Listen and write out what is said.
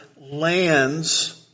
lands